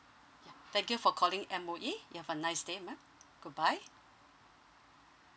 ya thank you for calling M_O_E you have a nice day ma'am goodbye